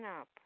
up